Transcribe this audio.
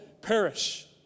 perish